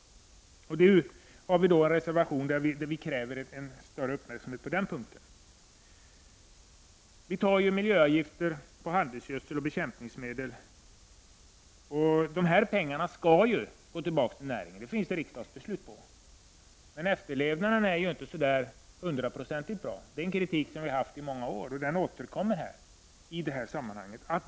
Vi kräver i en reservation större uppmärksamhet på den punkten. Vi tar ju ut miljöavgifter på handelsgödsel och bekämpningsmedel. Dessa pengar skall gå tillbaka till näringen -- det finns det riksdagsbeslut på. Men efterlevnaden är inte hundraprocentig. Det är en kritik som vi framfört i många år, och den återkommer i det här sammanhanget.